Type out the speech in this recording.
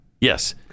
Yes